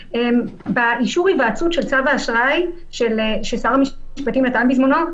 באישור ההיוועצות של צו האשראי ששר המשפטים נתן בזמנו,